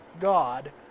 God